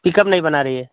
pickup नहीं बना रही है